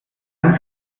ganz